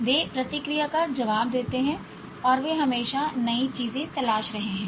वे प्रतिक्रिया का जवाब देते हैं और वे हमेशा नई चीजें तलाश रहे हैं